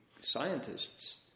scientists